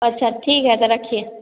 अच्छा ठीक है तो रखिए